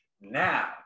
Now